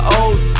old